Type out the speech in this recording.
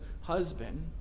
husband